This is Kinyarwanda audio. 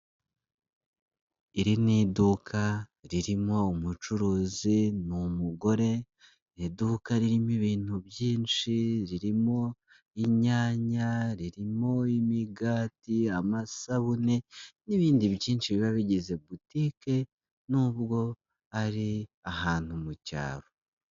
Iri ni iduka ririmo umucuruzi ni umugore, iduka ririmo ibintu byinshi, ririmo inyanya, ririmo imigati, amasabune n'ibindi byinshi biba bigize botike n'ubwo ari ahantu mu cyaro.